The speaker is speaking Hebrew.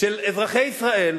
של אזרחי ישראל,